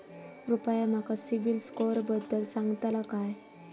कृपया माका सिबिल स्कोअरबद्दल सांगताल का?